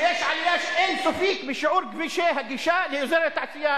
שיש עלייה אין-סופית בשיעור כבישי הגישה מאזור התעשייה